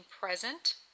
present